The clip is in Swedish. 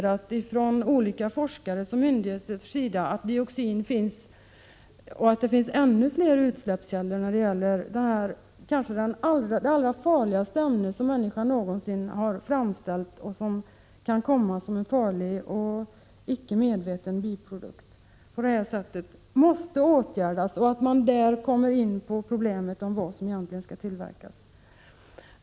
Forskare och myndigheter har sedan konstaterat att det finns ännu fler utsläppskällor för dioxin, det kanske allra farligaste ämne som människan någonsin har framställt och som kan komma som en icke avsedd biprodukt. Detta måste åtgärdas, och där kommer man in på problemet vad som egentligen skall tillverkas.